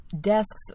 desks